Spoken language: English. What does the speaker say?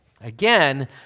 Again